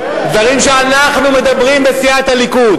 דברים שאנחנו מדברים בסיעת הליכוד.